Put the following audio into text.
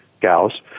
gals